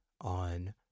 on